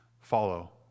follow